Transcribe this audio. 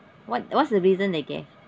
what what's the reason they gave